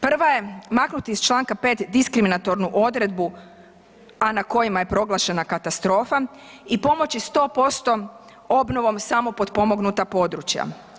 Prva je maknuti iz čl. 5. diskriminatornu odredbu, a na kojima je proglašena katastrofa i pomoći 100% obnovom samo potpomognuta područja.